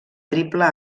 triple